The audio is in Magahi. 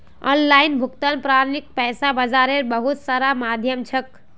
ऑनलाइन भुगतान प्रणालीक पैसा बाजारेर बहुत सारा माध्यम छेक